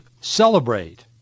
celebrate